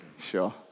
Sure